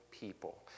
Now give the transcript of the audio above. people